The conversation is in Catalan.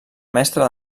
mestre